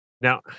Now